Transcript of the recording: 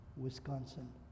Wisconsin